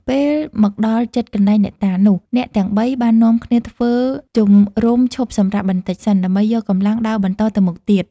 ពេលមកដល់ជិតកន្លែងអ្នកតានោះ អ្នកទាំងបីនាក់បាននាំគ្នាធ្វើជំរំឈប់សម្រាកបន្តិចសិន ដើម្បីយកកម្លាំងដើរបន្តទៅមុខទៀត។